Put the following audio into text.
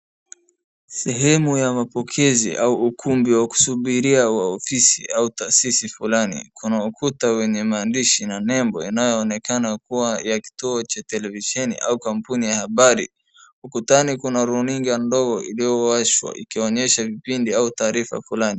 Sehemu ya mapokezi au ukumbi wa kusubiria wa ofisi au taasisi fulani, kuna ukuta wenye maandisi na nembo inayoonekana kuwa ya kituo cha televisheni au kampuni ya habari, ukutani kuna runinga ndogo iliyowashwa ikionyesha vipindi au taarifa fulani.